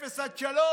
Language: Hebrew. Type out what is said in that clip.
אפס עד שלוש.